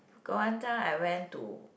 got one time I went to